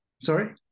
Sorry